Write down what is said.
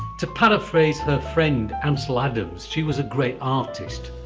to paraphrase her friend ansel adams, she's was a great artist,